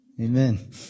Amen